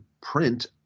print